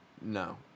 No